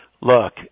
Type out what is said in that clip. Look